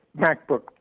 MacBook